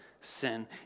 sin